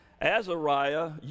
Azariah